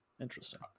Interesting